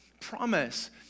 promise